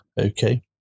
Okay